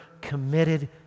committed